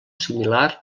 similar